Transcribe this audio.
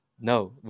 no